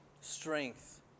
strength